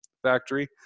factory